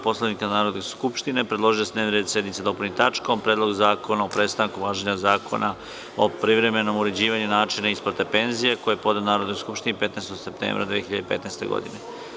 Poslovnika Narodne skupštine, predložio je da se dnevni red sednice dopuni tačkom – Predlog zakona o prestanku važenja Zakona o privremenom uređivanju i načinu isplate penzija, koji je podneo Narodnoj skupštini 15. septembra 2015. godine.